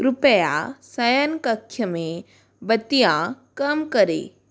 कृपया शयनकक्ष में बत्तियाँ कम करें